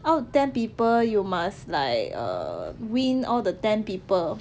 out of ten people you must like err win all the ten people